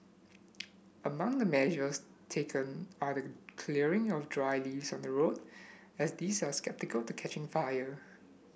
among the measures taken are the clearing of dry leaves on the road as these are susceptible to catching fire